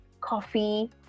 coffee